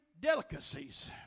Delicacies